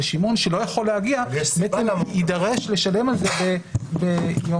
ושמעון שלא יכול להגיע בעצם יידרש לשלם על זה ביום חופש.